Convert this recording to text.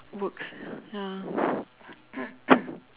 books ya